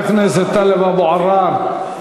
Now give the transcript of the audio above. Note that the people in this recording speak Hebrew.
חבר הכנסת טלב אבו עראר,